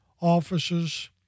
officers